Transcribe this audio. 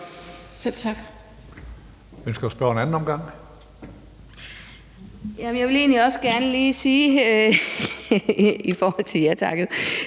Selv tak.